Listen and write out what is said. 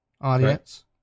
audience